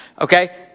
okay